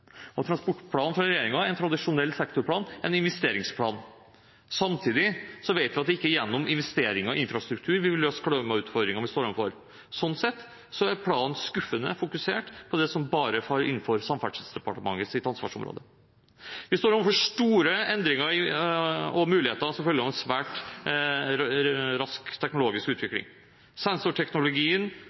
kommer. Transportplanen fra regjeringen er en tradisjonell sektorplan, en investeringsplan. Samtidig vet vi at det ikke er gjennom investeringer i infrastruktur vi vil løse klimautfordringene vi står overfor. Slik sett er planen skuffende fokusert på det som bare faller innenfor Samferdselsdepartementets område. Vi står overfor store endringer – og muligheter – som følge av en svært rask teknologisk utvikling. Sensorteknologien,